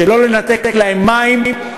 שלא לנתק להם מים,